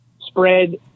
spread